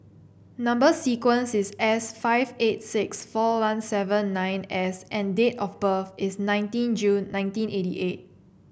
number sequence is S five eight six four one seven nine S and date of birth is nineteen June nineteen eighty eight